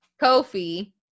Kofi